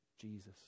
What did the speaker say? Jesus